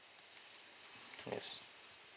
yes